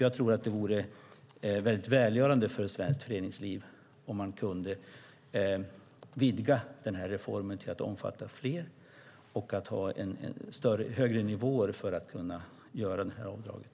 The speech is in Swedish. Jag tror att det vore mycket välgörande för svenskt föreningsliv om man kunde vidga denna reform till att omfatta fler och att ha högre nivåer för avdragen.